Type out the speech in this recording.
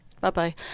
Bye-bye